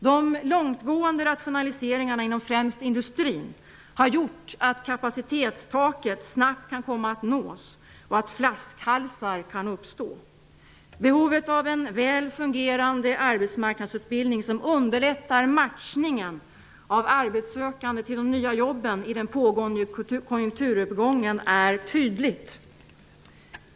De långtgående rationaliseringarna inom främst industrin har gjort att kapacitetstaket snabbt kan komma att nås och att flaskhalsar kan uppstå. Behovet av en väl fungerande arbetsmarknadsutbildning, som i den pågågende konjunkturuppgången underlättar matchningen av de arbetssökande och de nya jobben, är tydligt.